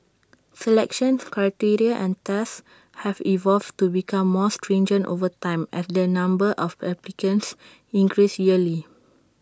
selection criteria and tests have evolved to become more stringent over time as the number of applicants increase yearly